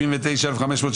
רוויזיה מס' 73,